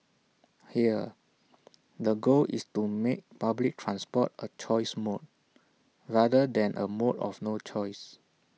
here the goal is to make public transport A choice mode rather than A mode of no choice